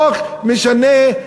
חוק משנה,